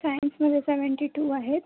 सायन्समध्ये seventy two आहेत